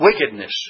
wickedness